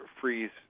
freeze